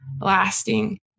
lasting